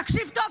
תקשיב טוב,